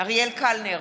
אריאל קלנר,